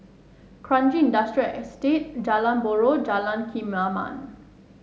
Kranji Industrial Estate Jalan Buroh Jalan Kemaman